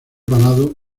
parado